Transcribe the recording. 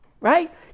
right